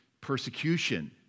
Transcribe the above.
persecution